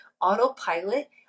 Autopilot